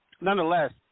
nonetheless